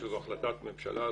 שזו החלטת ממשלה,